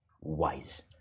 wise